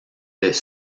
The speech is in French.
des